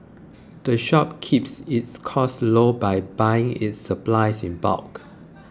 the shop keeps its costs low by buying its supplies in bulk